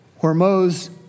Hormoz